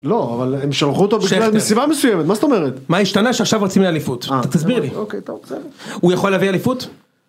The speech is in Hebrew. לא, אבל הם שלחו אותו מסיבה מסוימת, מה זאת אומרת? מה השתנה שעכשיו רוצים לאליפות, תסביר לי. אוקיי, טוב, בסדר. הוא יכול להביא אליפות?